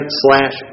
slash